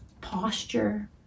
posture